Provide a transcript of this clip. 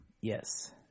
Yes